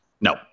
No